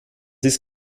ist